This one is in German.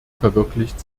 verwirklicht